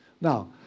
Now